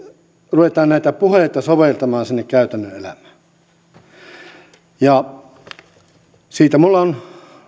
ruvetaan näitä puheita soveltamaan sinne käytännön elämään ja siitä minulla on